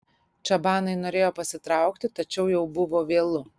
čabanai norėjo pasitraukti tačiau jau buvo vėlu